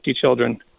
children